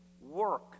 work